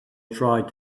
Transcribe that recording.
tried